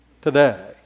today